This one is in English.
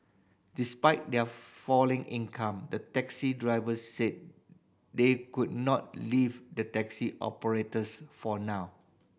despite their falling income the taxi drivers said they could not leave the taxi operators for now